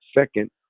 Second